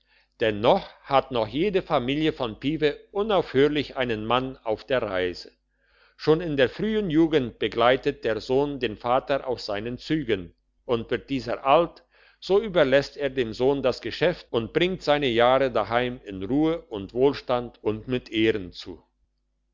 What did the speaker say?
dennoch hat noch jede familie von pieve unaufhörlich einen mann auf der reise schon in der frühen jugend begleitet der sohn den vater auf seinen zügen und wird dieser alt so überlässt er dem sohn das geschäft und bringt seine jahre daheim in ruhe und wohlstand und mit ehren zu